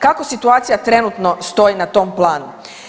Kako situacija trenutno stoji na tom planu?